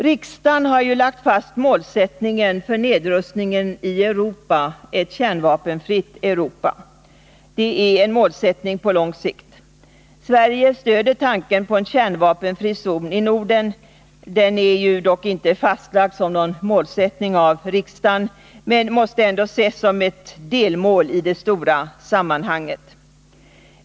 Riksdagen har lagt fast målsättningen för nedrustningen i Europa — ett kärnvapenfritt Europa. Det är en målsättning på lång sikt. Sverige stöder tanken på en kärnvapenfri zon i Norden — den är dock inte fastlagd som någon målsättning av riksdagen. Den måste ändå ses som ett delmål i det stora sammanhanget.